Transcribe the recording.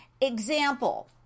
Example